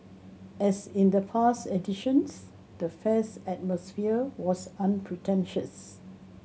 as in the past editions the fairs atmosphere was unpretentious